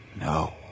No